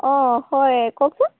অঁ হয় কওকচোন